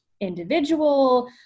individual